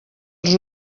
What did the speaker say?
els